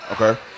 okay